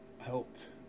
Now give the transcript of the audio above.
Helped